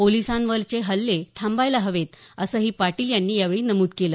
पोलिसांवरचे हल्ले थांबायला हवेत असंही पाटील यांनी यावेळी नमूद केलं